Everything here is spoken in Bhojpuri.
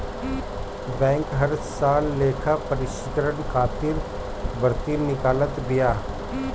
बैंक हर साल लेखापरीक्षक खातिर भर्ती निकालत बिया